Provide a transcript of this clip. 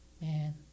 man